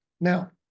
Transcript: Now